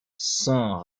sant